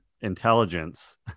intelligence